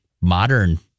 modern